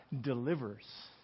delivers